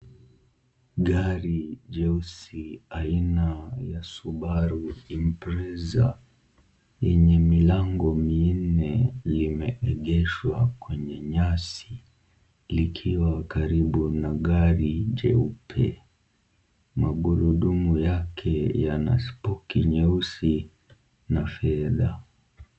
Gari jeusi aina ya Subaru Impreza enye milango minne limeegeshwa kwenye nyasi likiwa karibu na gari jeupe. Magurudumu yake yana spoki nyeusi na fedha.